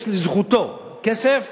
יש לזכותו כסף